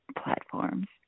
platforms